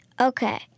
Okay